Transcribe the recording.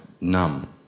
numb